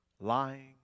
lying